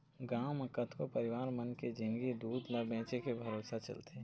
गांव म कतको परिवार मन के जिंनगी दूद ल बेचके भरोसा चलथे